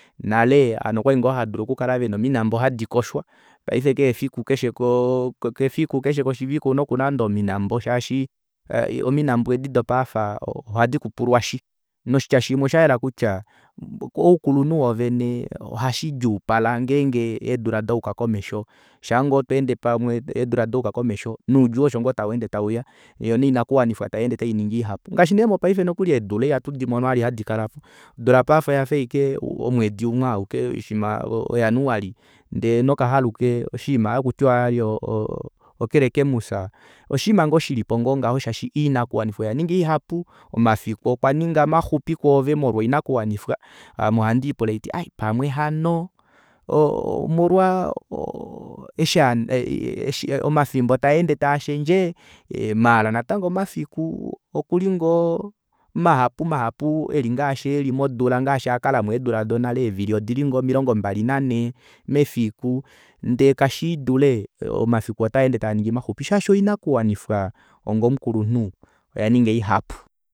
Nale ovanhu okwali ngoo havadulu okukala vena ominambo hadi koshwa paife keshe koshivike ouna okulanda ominambo shaashi ominambo edi dopaife ohadi noshitya shimwe osha yela kutya oukulunhu woovene ohashidjuupala ngenge eedula dayuka komesho shaango toende pamwe eedula dayuka komesho noudjuu osho ngoo taweede tauya yoo noinakuwanifwa tayeende tainingi ihapu ngaashi nee mopaife nokuli eedula ihatu imono vali hadi kalako odula paife oyafa ashike omwedi umwe auke oshinima o januali ndee nokahaluke oshinima otakutiwa vali chrismas oshinima ngoo shilipo ngoo ngaho shaashi oinakuwanifwa oyaninga ihapu omafiku okwanina maxupi molwoinakuwanifwa ame ohandi puula haiti hai pamwe hano omolwaa eshi handi eshi omafimbo taaende taashendje maala natango omafiku olkuli ngoo mahapu mahapu modula eli ngaashi eli modula ngaashi akalame eedula donale eevvili odili ngoo omilongo mbali nanhee mefiku ndee kashiidule shaashi oinakuwanifwa omukulunhu oyaninga ihapu